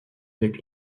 avec